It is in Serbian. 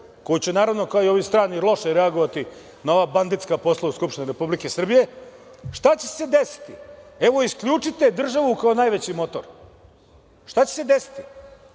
koji će naravno kao i ovi strani loše reagovati na ova banditska posla u Skupštini Republike Srbije, šta će se desiti? Evo, isključite državu kao najveći motor. Šta će se desiti?